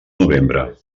novembre